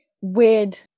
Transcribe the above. weird